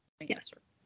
Yes